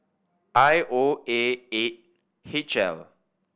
I O A eight H L